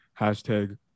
hashtag